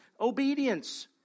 obedience